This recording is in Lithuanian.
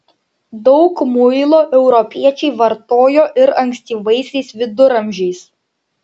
daug muilo europiečiai vartojo ir ankstyvaisiais viduramžiais